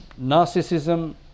narcissism